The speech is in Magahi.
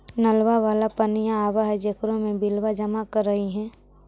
नलवा वाला पनिया आव है जेकरो मे बिलवा जमा करहिऐ?